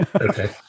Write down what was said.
Okay